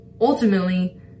ultimately